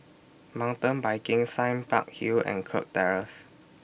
Mountain Biking Sime Park Hill and Kirk Terrace